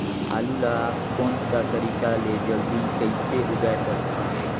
आलू ला कोन सा तरीका ले जल्दी कइसे उगाय सकथन?